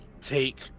take